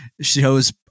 shows